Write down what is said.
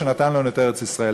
שנתן לנו את ארץ-ישראל.